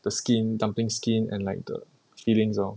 the skin dumpling skin and like the feelings lor